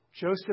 Joseph